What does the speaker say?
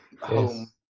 home